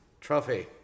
trophy